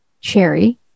cherry